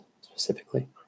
specifically